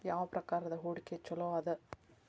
ಯಾವ ಪ್ರಕಾರದ ಹೂಡಿಕೆ ಚೊಲೋ ಅದ